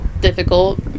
difficult